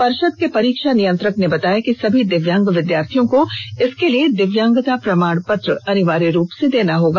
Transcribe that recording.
पर्षद के परीक्षा नियंत्रक ने बताया कि सभी दिव्यांग विद्यार्थियों को इसके लिए दिव्यांगता प्रमाण पत्र अनिवार्य रूप से देना होगा